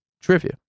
trivia